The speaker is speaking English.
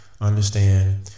understand